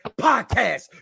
podcast